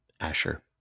Asher